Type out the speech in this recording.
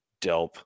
delp